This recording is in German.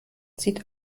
sieht